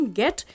get